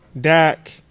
Dak